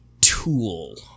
tool